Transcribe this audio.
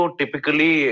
typically